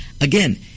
again